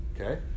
Okay